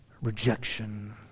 rejection